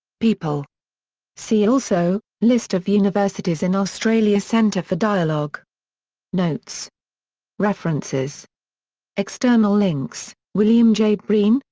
people see also list of universities in australia centre for dialogue notes references external links william j. breen,